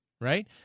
right